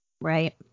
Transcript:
Right